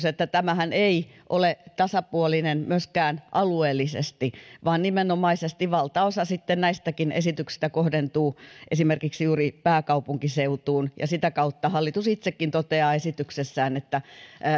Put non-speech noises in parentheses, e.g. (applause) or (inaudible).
(unintelligible) että tämähän ei ole tasapuolinen myöskään alueellisesti vaan nimenomaisesti valtaosa näistäkin esityksistä kohdentuu sitten esimerkiksi juuri pääkaupunkiseutuun sitä kautta hallitus itsekin toteaa esityksessään että